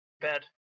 bed